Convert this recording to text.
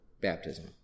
baptism